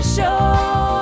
Show